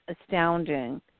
Astounding